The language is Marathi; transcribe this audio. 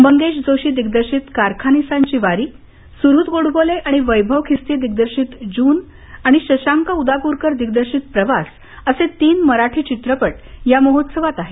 मंगेश जोशी दिग्दर्शित कारखानिसांची वारी सुहृद गोडबोले आणि वैभव खिस्ती दिग्दर्शित जून आणि शशांक उदाप्ररकर दिग्दर्शित प्रवास असे तीन मराठी चित्रपट या महोत्सवात आहेत